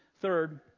Third